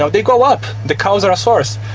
so they go up. the cows are a source,